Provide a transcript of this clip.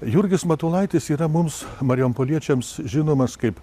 jurgis matulaitis yra mums marijampoliečiams žinomas kaip